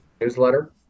newsletter